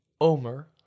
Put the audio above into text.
Omer